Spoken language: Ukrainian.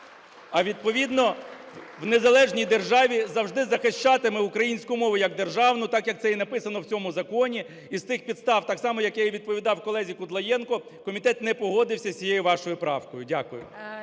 а відповідно в незалежній державі завжди захищатиме українську мову як державну, так, як це і написано в цьому законі. З тих підстав так само, як я і відповідав колезі Кудлаєнку, комітет не погодився з цією вашою правкою. Дякую.